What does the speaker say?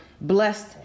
blessed